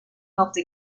helped